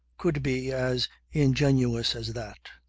could be as ingenuous as that.